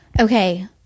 okay